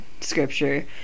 scripture